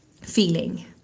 feeling